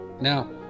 Now